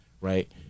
right